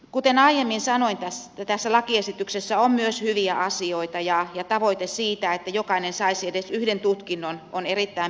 kuten aiemmin sanoin tässä lakiesityksessä on myös hyviä asioita ja tavoite siitä että jokainen saisi edes yhden tutkinnon on erittäin perusteltu